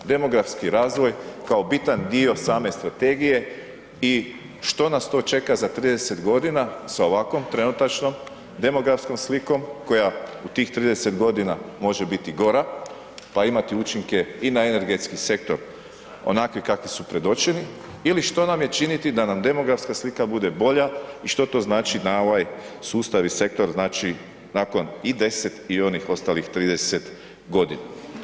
Demografski razvoj kao bitan dio same strategije i što nas to čeka za 30 g. sa ovakvim trenutačnom demografskom slikom koja u tih 30 g. može biti gora pa imati učinke i na energetski sektor, onakvi kakvi u predočeni ili što nam je činiti da nam demografska slika bude bolja i što to znači na ovaj sustav i sektor, znači nakon i 10 i onih ostalih 30 godina.